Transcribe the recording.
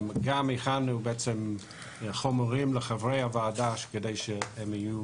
גם הכנו חומרים לחברי הוועדה כדי שיהיו